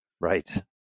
right